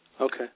Okay